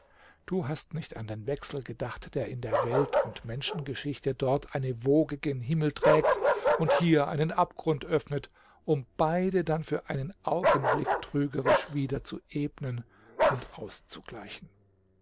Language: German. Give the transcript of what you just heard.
du hast nicht an den wechsel gedacht der in der welt und menschengeschichte dort eine woge gen himmel trägt und hier einen abgrund öffnet um beide dann für einen augenblick trügerisch wieder zu ebnen und auszugleichen